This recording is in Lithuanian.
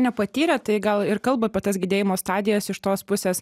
nepatyrę tai gal ir kalba apie tas gedėjimo stadijas iš tos pusės